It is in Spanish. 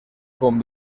con